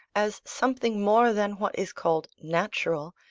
as something more than what is called natural,